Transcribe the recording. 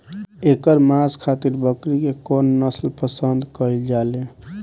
एकर मांस खातिर बकरी के कौन नस्ल पसंद कईल जाले?